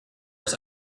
his